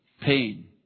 Pain